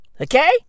Okay